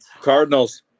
Cardinals